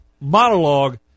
monologue